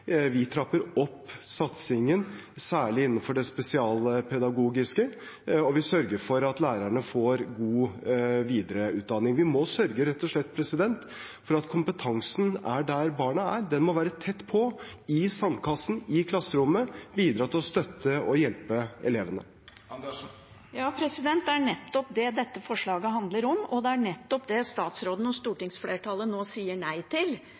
Vi trapper opp satsingen, særlig innenfor spesialpedagogikk, og vi sørger for at lærerne får god videreutdanning. Vi må rett og slett sørge for at kompetansen er der barna er. Den må være tett på, i sandkassen, i klasserommet, og bidra til å støtte og hjelpe elevene. Det er nettopp det dette forslaget handler om, og det er nettopp det statsråden og stortingsflertallet nå sier nei til: